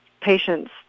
patients